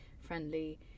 friendly